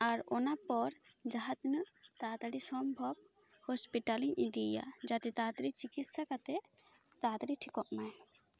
ᱟᱨ ᱚᱱᱟ ᱯᱚᱨ ᱡᱟᱦᱟᱸ ᱛᱚᱤᱱᱟᱹᱜ ᱛᱟᱲᱟᱛᱟᱲᱤ ᱥᱚᱢᱵᱷᱚᱵᱽ ᱦᱳᱥᱯᱤᱴᱟᱞ ᱤᱧ ᱤᱫᱤᱭ ᱭᱟ ᱡᱟᱛᱮ ᱛᱟᱲᱟᱛᱟᱲᱤ ᱪᱤᱠᱤᱥᱥᱟ ᱠᱟᱛᱮᱜ ᱛᱟᱲᱟᱛᱟᱲᱤ ᱴᱷᱤᱠᱚᱜ ᱢᱟᱭ